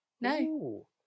No